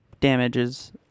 damages